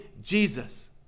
Jesus